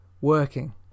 working